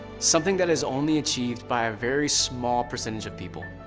something that is only achieved by a very small percentage of people,